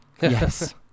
yes